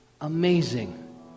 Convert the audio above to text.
Amazing